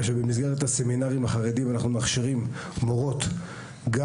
במסגרת הסמינרים החרדיים אנחנו מכשירים מורות גם